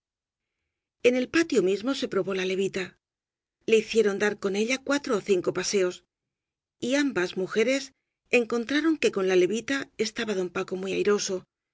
en el patio mismo se probó la levita le hicieron dar con ella cuatro ó cinco paseos y ambas muje res encontraron que con la levita estaba don paco muy airoso